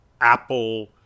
Apple